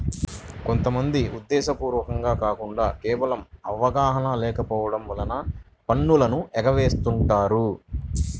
కొంత మంది ఉద్దేశ్యపూర్వకంగా కాకుండా కేవలం అవగాహన లేకపోవడం వలన పన్నులను ఎగవేస్తుంటారు